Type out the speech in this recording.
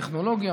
טכנולוגיה,